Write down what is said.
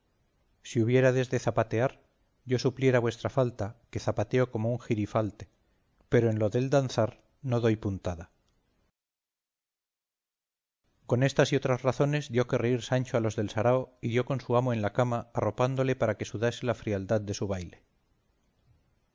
si hubiérades de zapatear yo supliera vuestra falta que zapateo como un girifalte pero en lo del danzar no doy puntada con estas y otras razones dio que reír sancho a los del sarao y dio con su amo en la cama arropándole para que sudase la frialdad de su baile